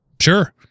sure